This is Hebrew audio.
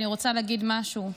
אני רוצה להגיד משהו.